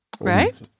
Right